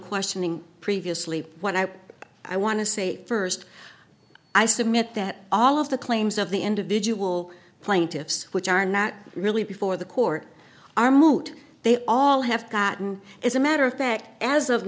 questioning previously what i i want to say first i submit that all of the claims of the individual plaintiffs which are not really before the court are moot they all have gotten as a matter of fact as of